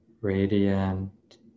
radiant